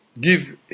give